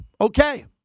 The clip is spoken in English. okay